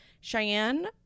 Cheyenne